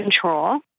control